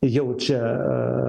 jau čia